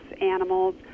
animals